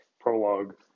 Prologue